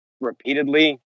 repeatedly